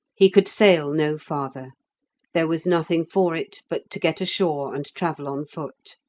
he could sail no farther there was nothing for it but to get ashore and travel on foot.